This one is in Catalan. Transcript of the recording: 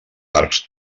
arcs